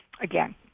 again